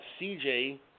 CJ